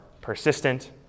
persistent